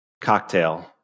cocktail